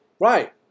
right